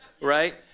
Right